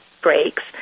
breaks